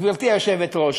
גברתי היושבת-ראש,